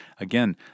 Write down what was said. Again